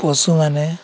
ପଶୁମାନେ